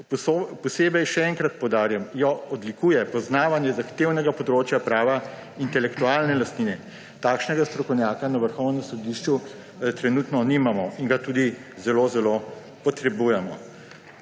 Posebej še enkrat poudarjam, da jo odlikuje poznavanje zahtevnega področja prava intelektualne lastnine. Takšnega strokovnjaka na Vrhovnem sodišču trenutno nimamo in ga tudi zelo zelo potrebujemo.